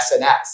SNS